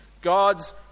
God's